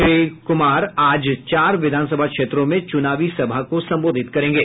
श्री कुमार आज चार विधानसभा क्षेत्रों में चुनावी सभा को संबोधित करेंगे